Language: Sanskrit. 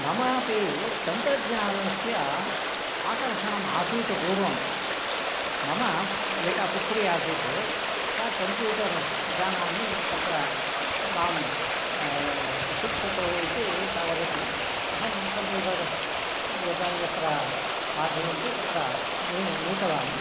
मम अपि तन्त्रज्ञानस्य आकर्षणम् आसीत् पूर्वं मम एका पुत्री आसीत् सा कम्प्यूटर् जानामि तत्र मां शिक्षतो इति सा वदति अहं कम्प्यूटर् यदा यत्र पाठयन्ति तत्र नि नीतवान्